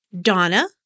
Donna